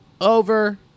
over